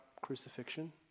crucifixion